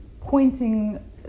pointing